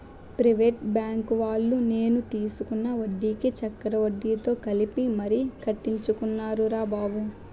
private బాంకువాళ్ళు నేను తీసుకున్న వడ్డీకి చక్రవడ్డీతో కలిపి మరీ కట్టించుకున్నారురా బాబు